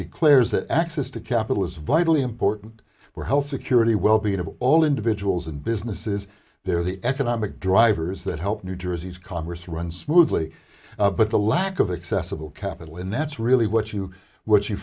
declares that access to capital is vitally important for health security wellbeing of all individuals and businesses they're the economic drivers that help new jersey's congress run smoothly but the lack of accessible capital and that's really what you what you